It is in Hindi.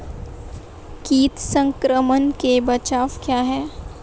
कीट संक्रमण के बचाव क्या क्या हैं?